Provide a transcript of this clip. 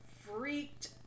freaked